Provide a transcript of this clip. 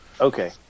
Okay